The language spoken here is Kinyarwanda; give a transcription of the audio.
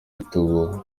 igitugu